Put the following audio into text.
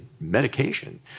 medication